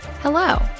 Hello